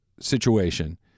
situation